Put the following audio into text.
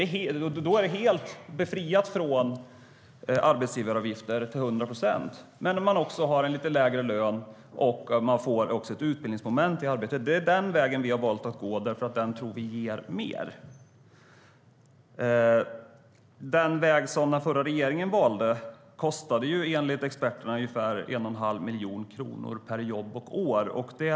Och då är det befriat från arbetsgivaravgifter till 100 procent. Man har en lite lägre lön, men man får ett utbildningsmoment i arbetet. Det är den vägen vi har valt att gå, för den tror vi ger mer. Den väg som den förra regeringen valde kostade enligt experterna ungefär 1 1⁄2 miljon kronor per jobb och år.